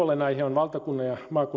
valtakunnan ja maakunnan